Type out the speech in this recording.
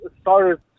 started